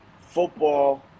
football